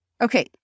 Okay